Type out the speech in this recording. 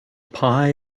pie